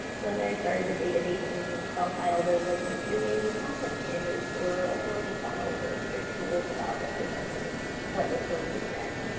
when larry started the database in the excel file, there wasn't really any content standards or authority files or strict rules about representing what the sources said.